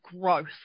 growth